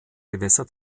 gewässer